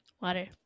water